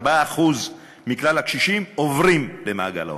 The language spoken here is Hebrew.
4% מכלל הקשישים עוברים למעגל העוני,